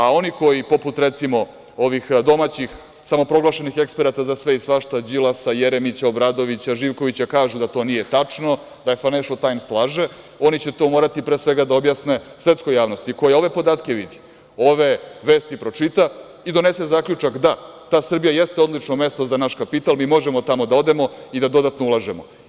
A oni koji, poput, recimo, ovih domaćih samoproglašenih eksperata za sve i svašta, Đilasa, Jeremića, Obradovića, Živkovića kažu da to nije tačno, da „Fajnenšl tajms“ laže, oni će to morati, pre svega, da objasne svetskoj javnosti, koja ove podatke vidi, ove vesti pročita i donese zaključak da ta Srbija jeste odlično mesto za naš kapital, mi možemo tamo da odemo i da dodatno ulažemo.